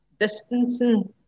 distancing